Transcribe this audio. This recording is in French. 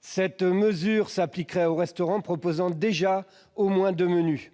Cette mesure s'appliquerait aux restaurants proposant déjà au moins deux menus.